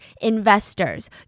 investors